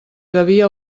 devia